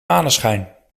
maneschijn